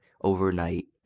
overnight